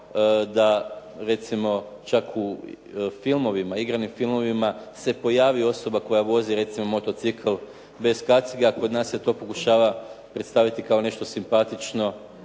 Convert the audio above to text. da recimo čak u filmovima, igranim filmovima se pojavi osoba koja vozi recimo motocikl bez kacige, a kod nas se to pokušava predstaviti kao nešto simpatično,